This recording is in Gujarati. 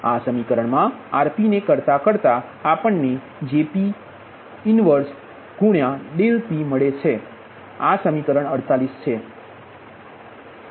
આ સમીકરણ મા Rp ને કરતા કરતા આપણ નેJp 1Dp મળે છે આ સમીકરણ 48 છે